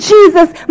Jesus